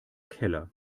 keller